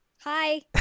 Hi